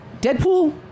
Deadpool